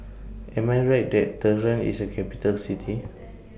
Am I Right that Tehran IS A Capital City